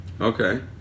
Okay